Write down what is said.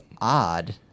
odd